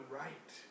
right